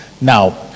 Now